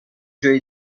جایی